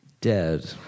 dead